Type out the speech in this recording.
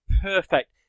perfect